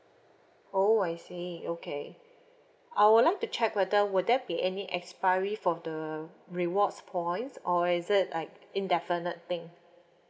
oh I see okay I would like to check whether will there be any expiry for the rewards points or is it like indefinite thing